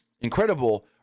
incredible